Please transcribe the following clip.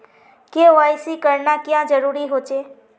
KYC करना क्याँ जरुरी होचे?